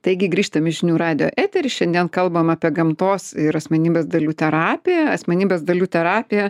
taigi grįžtam į žinių radijo eterį šiandien kalbam apie gamtos ir asmenybės dalių terapiją asmenybės dalių terapija